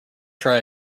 try